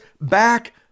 back